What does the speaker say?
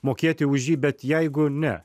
mokėti už jį bet jeigu ne